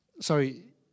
sorry